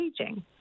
aging